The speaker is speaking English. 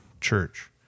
church